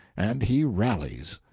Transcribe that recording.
and he rallies.